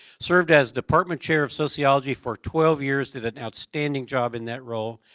served as department chair of sociology for twelve years, did an outstanding job in that role.